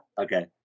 Okay